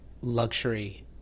luxury